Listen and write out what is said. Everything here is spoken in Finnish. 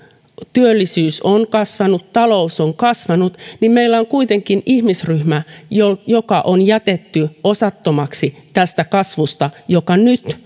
työllisyys on kasvanut talous on kasvanut niin meillä on kuitenkin ihmisryhmä joka joka on jätetty osattomaksi tästä kasvusta joka nyt